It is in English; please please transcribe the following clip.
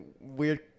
weird